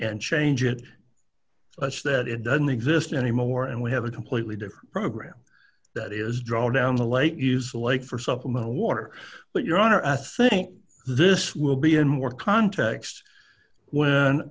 and change it so much that it doesn't exist anymore and we have a completely different program that is drawn down the late use lake for supplemental water but your honor i think this will be in work context wh